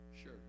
Sure